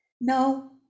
No